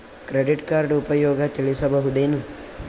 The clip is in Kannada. ಕ್ರೆಡಿಟ್ ಕಾರ್ಡ್ ಉಪಯೋಗ ತಿಳಸಬಹುದೇನು?